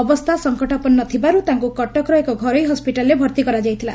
ଅବସ୍ତା ସଂକଟାପର୍ଷ୍ଣ ଥିବାରୁ ତାଙ୍କୁ କଟକର ଏକ ଘରୋଇ ହସ୍ପିଟାଲରେ ଭର୍ତି କରାଯାଇଥିଲା